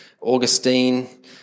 Augustine